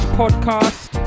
podcast